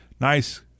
nice